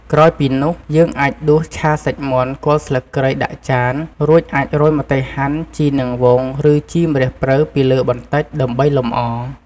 ក្រោយពីនោះ យើងអាចដួសឆាសាច់មាន់គល់ស្លឹកគ្រៃដាក់ចាន រួចអាចរោយម្ទេសហាន់ ជីនាងវងឬជីម្រះព្រៅពីលើបន្តិច ដើម្បីលម្អ។